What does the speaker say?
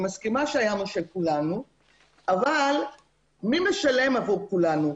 אני מסכימה שהים הוא של כולנו אבל מי משלם עבור כולנו?